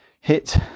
hit